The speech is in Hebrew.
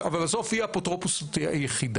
אבל זה הופיע אפוטרופוסית יחידה.